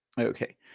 Okay